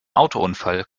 autounfall